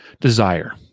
desire